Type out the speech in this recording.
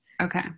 Okay